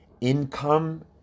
income